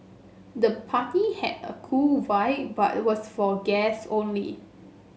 the party had a cool vibe but was for guest only